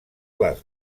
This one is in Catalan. les